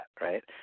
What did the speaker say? right